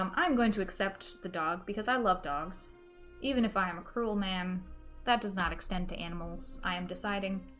um i'm going to accept the dog because i love dogs even if i am a cruel man that does not extend to animals i am deciding